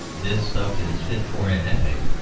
this stuff is fit for an epic